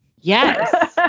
Yes